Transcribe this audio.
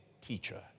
teacher